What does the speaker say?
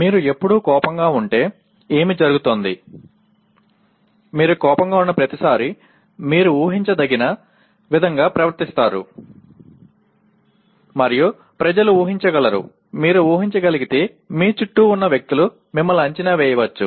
మీరు ఎప్పుడూ కోపంగా ఉంటే ఏమి జరుగుతుంది మీరు కోపంగా ఉన్న ప్రతిసారీ మీరు ఊహించదగిన విధంగానే ప్రవర్తిస్తారు మరియు ప్రజలు ఊహించగలరు మీరు ఊహించగలిగితే మీ చుట్టూ ఉన్న వ్యక్తులు మిమ్మల్ని అంచనా వేయవచ్చు